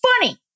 funny